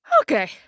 Okay